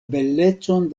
belecon